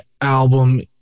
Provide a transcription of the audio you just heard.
album